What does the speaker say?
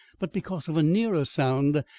but because of a nearer sound,